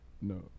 No